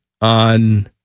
on